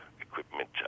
equipment